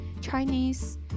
Chinese